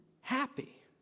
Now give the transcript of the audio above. happy